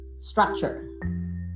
structure